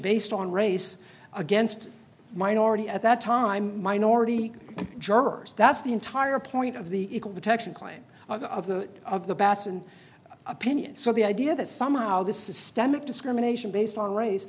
based on race against minority at that time minority jurors that's the entire point of the equal protection claim of the of the bason opinion so the idea that somehow this systemic discrimination based on race